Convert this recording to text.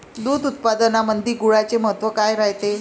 दूध उत्पादनामंदी गुळाचे महत्व काय रायते?